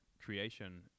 creation